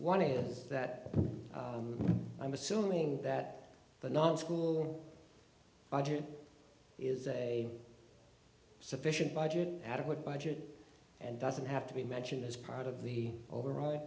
one is that i'm assuming that the non school budget is a sufficient budget adequate budget and doesn't have to be mentioned as part of the over